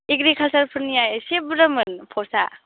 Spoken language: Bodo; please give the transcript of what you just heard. एग्रिकालचारफोरनिया एसे बुरजामोन पस्टआ